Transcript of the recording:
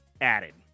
added